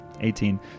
Eighteen